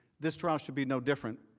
this trial should be no different.